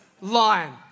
lion